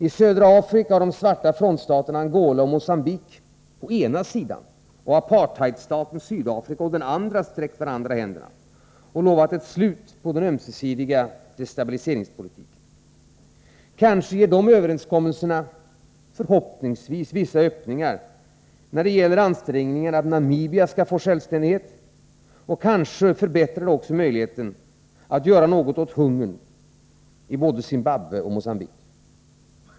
I södra Afrika har de svarta frontstaterna Angola och Mogambique å ena sidan och apartheidstaten Sydafrika å den andra sträckt varandra händerna och lovat ett slut på den ömsesidiga destabiliseringspolitiken. Kanske — förhoppningsvis — medför de överenskommelserna vissa öppningar när det gäller ansträngningarna för att Namibia skall få självständighet; kanske förbättrar de också möjligheterna att göra något åt hungern i Zimbabwe och Mogambique.